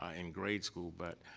ah in grade school but,